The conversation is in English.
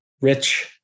rich